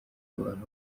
abantu